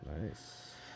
Nice